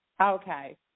Okay